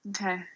Okay